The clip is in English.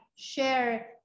share